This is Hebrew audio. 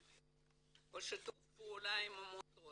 בשיתוף פעולה עם העמותות.